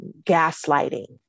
gaslighting